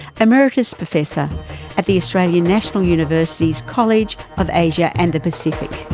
emeritus professor at the australian national university's college of asia and the pacific.